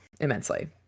immensely